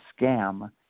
scam